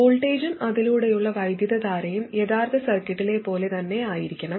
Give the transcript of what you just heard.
വോൾട്ടേജും അതിലൂടെയുള്ള വൈദ്യുതധാരയും യഥാർത്ഥ സർക്യൂട്ടിലെ പോലെ തന്നെയായിരിക്കണം